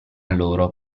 loro